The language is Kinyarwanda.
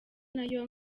nayo